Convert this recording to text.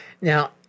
Now